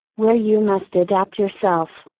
where you must adapt yourself.